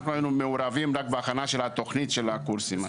אנחנו היינו מעורבים רק בהכנת התוכנית של הקורסים האלו.